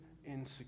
insecurity